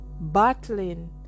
battling